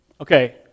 Okay